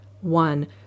one